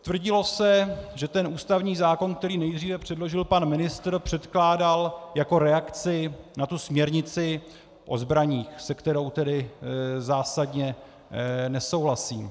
Tvrdilo se, že ten ústavní zákon, který nejdříve předložil pan ministr, předkládal jako reakci na směrnici o zbraních, se kterou tedy zásadně nesouhlasím.